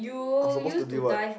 I'm suppose to be what